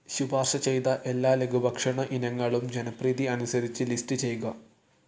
ശുപാർശ ചെയ്ത എല്ലാ ലഘുഭക്ഷണ ഇനങ്ങളും ജനപ്രീതി അനുസരിച്ച് ലിസ്റ്റ് ചെയ്യുക